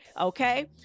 Okay